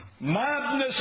madness